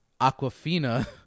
Aquafina